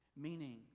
meaning